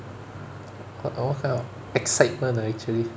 uh uh what kind of excitement ah actually